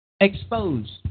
exposed